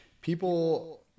people